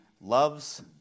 loves